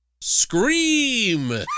Scream